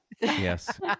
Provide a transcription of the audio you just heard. Yes